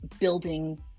building